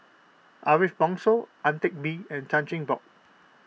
Ariff Bongso Ang Teck Bee and Chan Chin Bock